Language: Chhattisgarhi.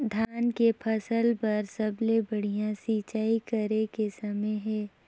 धान के फसल बार सबले बढ़िया सिंचाई करे के समय हे?